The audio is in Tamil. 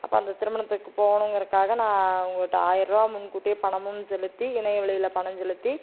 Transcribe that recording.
அப்போ அந்த திருமணத்துக்கு போகணுங்கிறக்காக நான் உங்கள்கிட்ட ஆயரூவா முன்கூட்டியே பணமும் செலுத்தி இணையவழியில பணம் செலுத்தி